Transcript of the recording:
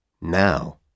Now